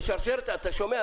אתה שומע?